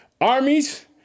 armies